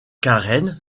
karen